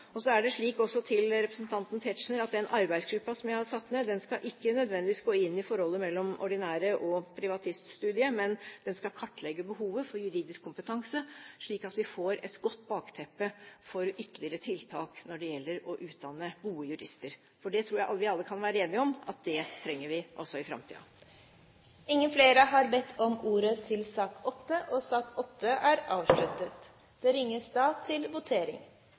Så er det slik, også til representanten Tetzschner, at den arbeidsgruppen som jeg har satt ned, ikke nødvendigvis skal gå inn i forholdet mellom ordinære studier og privatiststudiet, men den skal kartlegge behovet for juridisk kompetanse, slik at vi får et godt bakteppe for ytterligere tiltak når det gjelder å utdanne gode jurister, for det tror jeg vi alle kan være enige om at vi trenger også i framtiden. Debatten i sak nr. 8 er dermed avsluttet. Stortinget går da til votering. I sakene nr. 1 og 2 foreligger det